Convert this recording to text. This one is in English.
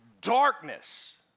darkness